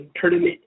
Tournament